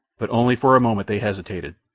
but only for a moment they hesitated,